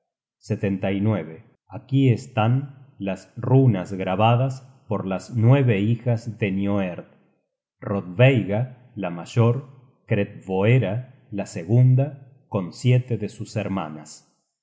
la colina sepulcral aquí están las runas grabadas por las nueve hijas de nioerd rodveiga la mayor kreppvoera la segunda con siete de sus hermanas